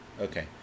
Okay